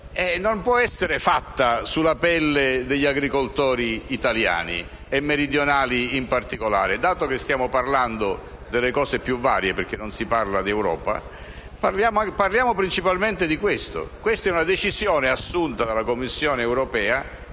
non può essere fatta sulla pelle degli agricoltori italiani, e meridionali in particolare. Dato che stiamo parlando delle cose più varie, perché non si parla di Europa, allora parliamo principalmente di questo. Questa decisione assunta dalla Commissione europea